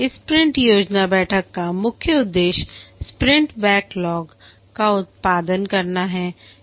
इस स्प्रिंट योजना बैठक का मुख्य उद्देश्य स्प्रिंट बैकलॉग का उत्पादन करना है